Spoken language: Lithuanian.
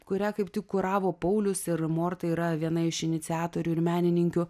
kurią kaip tik kuravo paulius ir morta yra viena iš iniciatorių ir menininkių